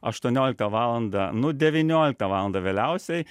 aštuonioliktą valandą nu devynioliktą valandą vėliausiai